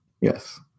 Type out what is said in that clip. Yes